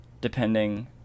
depending